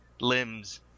limbs